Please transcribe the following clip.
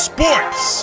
Sports